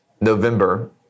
november